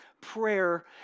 prayer